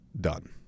done